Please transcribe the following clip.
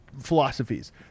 philosophies